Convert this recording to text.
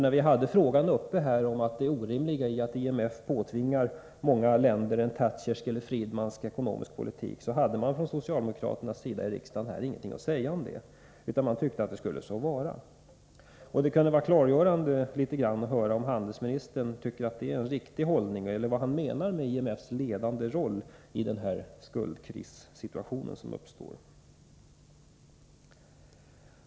När vi hade uppe frågan om det orimliga i att IMF påtvingar många länder en Thatchersk eller Friedmansk ekonomisk politik, hade man från socialdemokraternas sida här i riksdagen ingenting att säga om detta, utan man tyckte att det skulle så vara. Det kunde vara klargörande att få höra om handelsministern tycker att detta är en riktig hållning och höra vad han menar med IMF:s ledande roll i den skuldkrissituation som uppstår.